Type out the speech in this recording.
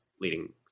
leading